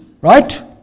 Right